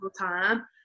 time